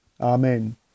Amen